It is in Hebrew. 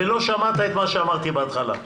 ולא שמעת את מה שאמרתי בהתחלה.